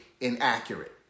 inaccurate